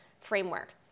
framework